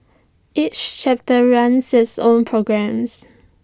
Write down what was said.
each chapter runs its own programmes